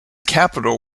capital